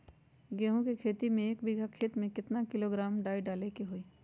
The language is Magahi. गेहूं के खेती में एक बीघा खेत में केतना किलोग्राम डाई डाले के होई?